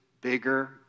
bigger